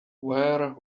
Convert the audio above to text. where